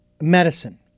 medicine